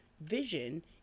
vision